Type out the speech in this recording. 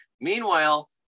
Meanwhile